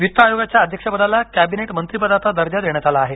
वित्त आयोगाच्या अध्यक्षपदाला कॅबिनेट मंत्रीपदाचा दर्जा देण्यात आला आहे